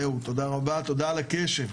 זהו, תודה רבה, תודה על הקשב.